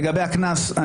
לגבי הקנס,